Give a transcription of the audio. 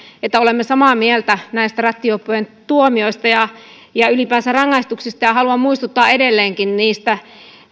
että olemme samaa mieltä rattijuoppojen tuomioista ja ja ylipäänsä rangaistuksista haluan muistuttaa edelleenkin niistä